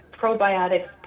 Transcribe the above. probiotics